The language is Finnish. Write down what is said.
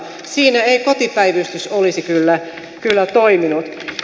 siinä ei kotipäivystys olisi kyllä toiminut